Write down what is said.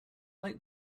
like